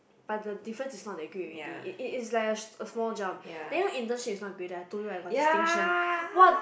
but the difference is not that great already it is like a a small jump then you know internship is graded I told you I got distinction what